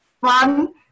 fun